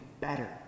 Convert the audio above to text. better